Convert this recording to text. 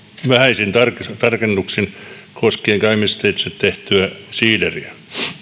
vähäisin tarkennuksin koskien käymisteitse tehtyä siideriä